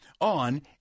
on